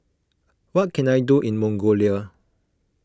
what can I do in Mongolia